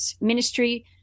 ministry